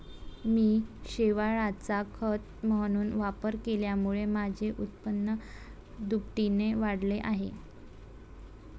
मी शेवाळाचा खत म्हणून वापर केल्यामुळे माझे उत्पन्न दुपटीने वाढले आहे